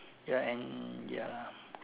ya and ya lah